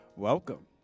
Welcome